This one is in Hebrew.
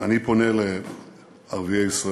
אני פונה לערביי ישראל,